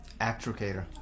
Actricator